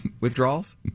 Withdrawals